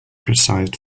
criticized